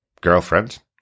girlfriend